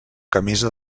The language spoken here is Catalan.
camisa